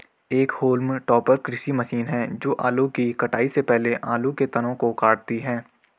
एक haulm topper कृषि machine है जो आलू की कटाई से पहले आलू के तनों को काटती है